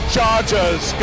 Chargers